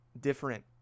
different